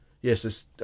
Yes